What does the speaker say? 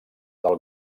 del